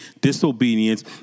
disobedience